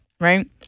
Right